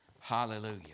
Hallelujah